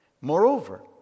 Moreover